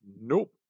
Nope